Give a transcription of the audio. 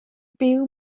byw